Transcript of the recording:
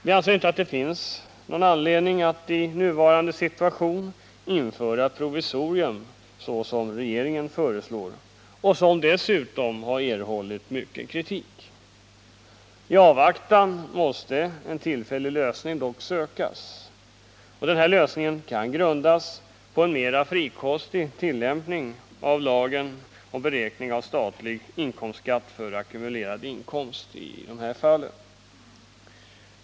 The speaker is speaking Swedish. Vi anser inte att det finns någon anledning att i nuvarande situation införa ett provisorium, som regeringen föreslår och som dessutom har erhållit mycken kritik. I avvaktan på utredningsresultat måste en tillfällig lösning dock sökas. Denna lösning kan grundas på en mer frikostig tillämpning av lagen om beräkning av statlig inkomstskatt för ackumulerad inkomst i dessa fall.